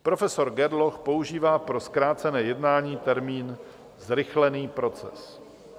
Profesor Gerloch používá pro zkrácené jednání termín zrychlený proces.